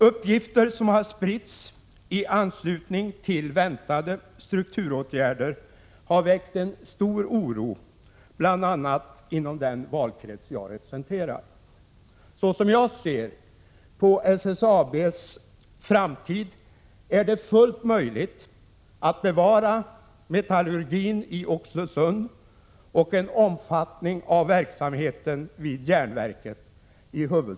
Uppgifter som spritts i anslutning till väntade strukturåtgärder har väckt stor oro bl.a. inom den valkrets jag representerar. Såsom jag ser på SSAB:s framtid är det fullt möjligt att bevara metallurgin i Oxelösund och den nuvarande nivån på verksamheten vid järnverket.